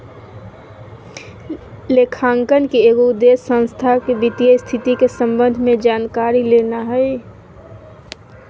लेखांकन के एगो उद्देश्य संस्था के वित्तीय स्थिति के संबंध में जानकारी लेना हइ